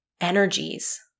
energies